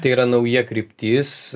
tai yra nauja kryptis